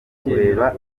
kureba